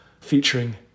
featuring